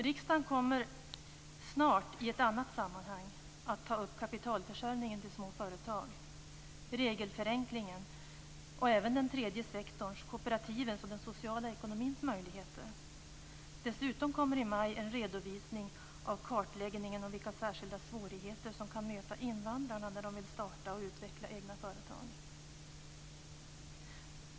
Riksdagen kommer snart i ett annat sammanhang att ta upp kapitalförsörjningen till små företag, regelförenklingen och även den tredje sektorns, kooperativens och den sociala ekonomins, möjligheter. Dessutom kommer i maj en redovisning av kartläggningen av vilka särskilda svårigheter som kan möta invandrarna när de vill starta och utveckla egna företag.